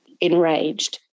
enraged